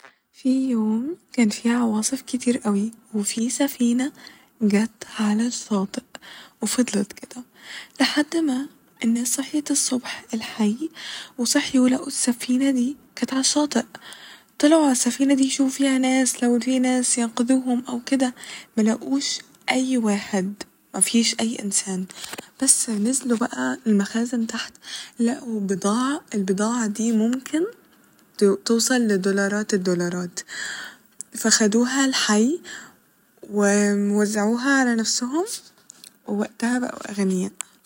في يوم كان في عواصف كتيرة أوي وفي سفينة جت على الشاطئ وفضلت كده لحد ما الناس صحيت الصبح الحي وصحيو لقو السفينة دي كات ع الشاطئ ، طلعو ع السفينة دي يشوفو فيها ناس لو في ناس ينقذوهم أو كده ملقوش أي واحد مفيش أي انسان بس نزلو بقو المخازن تحت لقو بضاعة البضاعة دي ممكن توصل لدولارات الدولارات فخدوها الحي و وزعوها على نفسهم ووقتها بقو أغنياء